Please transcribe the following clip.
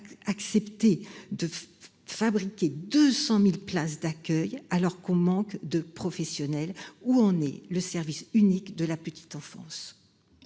accepté de fabriquer 200.000 places d'accueil alors qu'on manque de professionnels. Où en est le service unique de la petite enfance.